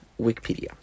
Wikipedia